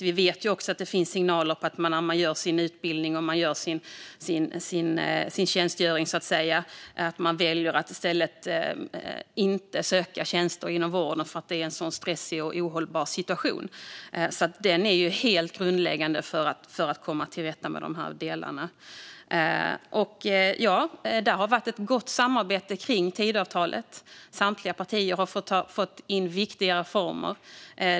Vi vet också att det finns signaler att man efter utbildning väljer att inte söka tjänster inom vården, eftersom det är en så stressig och ohållbar situation. Arbetsmiljön är alltså helt grundläggande för att komma till rätta med dessa delar. Det har varit ett gott samarbete kring Tidöavtalet. Samtliga partier har fått in viktiga reformer.